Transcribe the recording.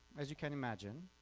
as you can imagine,